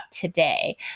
today